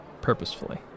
purposefully